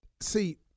See